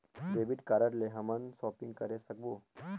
Debit card ले हमन shopping करे सकबो?